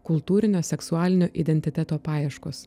kultūrinio seksualinio identiteto paieškos